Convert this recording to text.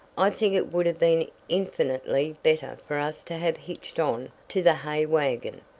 i think it would have been infinitely better for us to have hitched on to the hay wagon,